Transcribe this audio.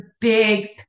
big